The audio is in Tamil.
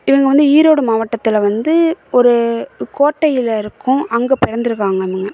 இவங்க வந்து ஈரோடு மாவட்டத்தில் வந்து ஒரு கோட்டையில் இருக்கும் அங்கே பிறந்து இருக்காங்க இவங்க